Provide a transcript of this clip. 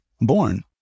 born